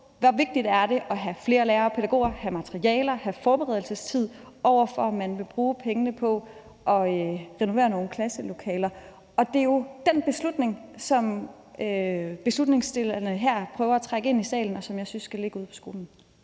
hvor vigtigt det er at have flere lærere og pædagoger, materialer og forberedelsestid, set i forhold til om man vil bruge pengene på at renovere nogle klasselokaler? Det er jo den beslutning, som forslagsstillerne her prøver at trække ind i salen, og som jeg synes skal ligge ude på skolerne.